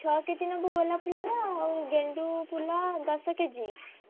ଛଅ କେଜି ନେବୁ ଗୋଲାପ୍ ଫୁଲର ଆଉ ଗେଣ୍ଡୁ ଫୁଲ ଦଶ କେଜି